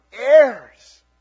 heirs